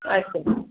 ಆಯ್ತು ಸರ್